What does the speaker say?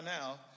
now